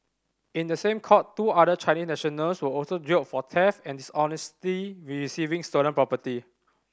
in the same court two other Chinese nationals were also jailed for theft and dishonestly receiving stolen property